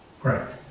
Correct